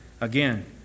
Again